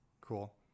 cool